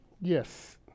Yes